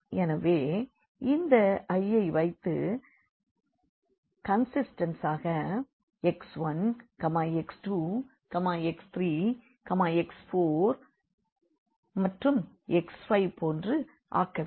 எனவே இந்த ஐயை வைத்து கண்சிஸ்டண்டடாக x1 x2 x3 x4 and x5போன்று ஆக்க வேண்டும்